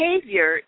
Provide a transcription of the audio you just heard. behavior